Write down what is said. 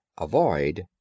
avoid